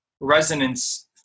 resonance